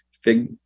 Fig